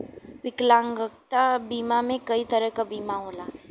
विकलांगता बीमा में कई तरे क बीमा होला